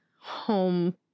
home